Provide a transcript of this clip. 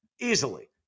easily